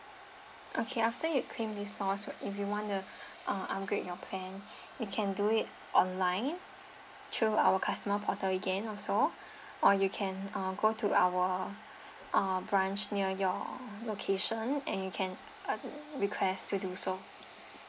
okay after you claim this loss if you want to uh upgrade your plan you can do it online through our customer portal again also or you can uh go to our uh branch near your location and you can uh request to do so